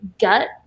gut